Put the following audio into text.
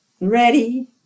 ready